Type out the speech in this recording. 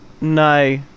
No